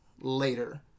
later